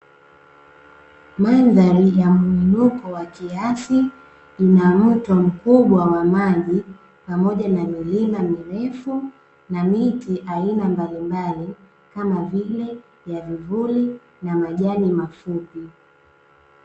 Mandhari ya mwinuko wa kiasi ina mto mkubwa wa maji pamoja na milima mirefu na miti aina mbalimbali, kama vile: ya vivuli na majani mafupi .